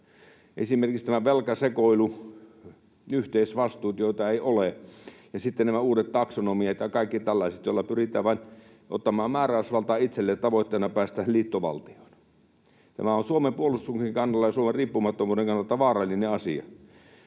Esimerkiksi tämä velkasekoilu, yhteisvastuut, joita ei ole, ja sitten nämä uudet taksonomiat ja kaikki tällaiset, joilla pyritään vain ottamaan määräysvaltaa itselle, tavoitteena päästä liittovaltioon, ovat Suomen puolustuksen kannalta ja Suomen riippumattomuuden kannalta vaarallinen asia.